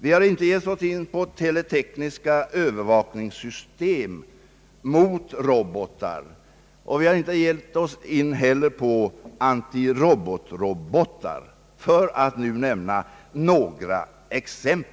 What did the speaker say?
Vi har inte heller anskaffat — teletekniska Öövervakningssystem mot robotar eller antirobot-robotsystem. Det finns flera andra sådana dyrbara tekniska system som vi inte sysslar med.